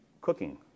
cooking